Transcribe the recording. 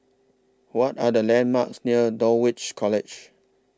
What Are The landmarks near Dulwich College